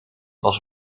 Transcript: was